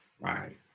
right